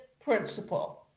principle